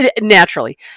naturally